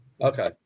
Okay